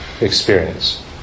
experience